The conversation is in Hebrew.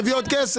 נביא עוד כסף.